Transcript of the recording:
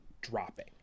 dropping